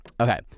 Okay